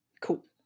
Cool